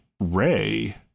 Ray